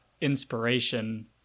inspiration